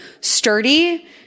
sturdy